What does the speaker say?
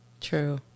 true